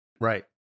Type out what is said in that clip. Right